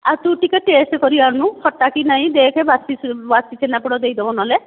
ଆଉ ତୁ ଟିକିଏ ଟେଷ୍ଟ୍ କରି ଆଣୁନୁ ଖଟା କି ନାଇଁ ଦେଖେ ବାସି ସେ ବାସି ଛେନା ପୋଡ଼ ଦେଇଦେବ ନହେଲେ